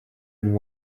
and